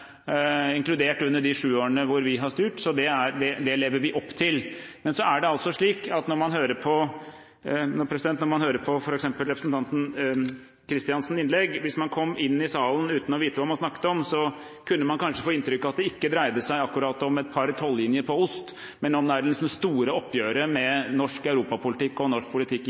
de siste årene, inkludert de syv årene hvor vi har styrt, så det lever vi opp til. Men når man hørte på f.eks. representanten Kristiansens innlegg, hvis man kom inn i salen uten å vite hva man snakket om, kunne man kanskje få inntrykk av at det ikke dreide seg akkurat om et par tollinjer på ost, men nærmest om det store oppgjøret med norsk europapolitikk og norsk politikk